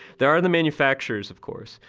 there are the manufacturers, of course,